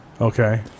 okay